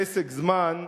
פסק זמן,